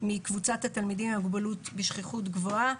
מקבוצת התלמידים עם מוגבלות בשכיחות גבוהה.